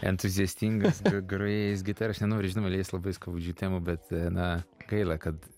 entuziastingas grojėjas gitara aš nenori žinoma leist labai skaudžių temų bet na gaila kad